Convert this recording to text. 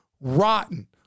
rotten